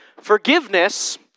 Forgiveness